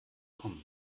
kommen